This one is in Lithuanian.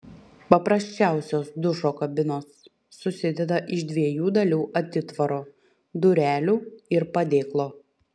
paprasčiausios dušo kabinos susideda iš dviejų dalių atitvaro durelių ir padėklo